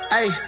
Hey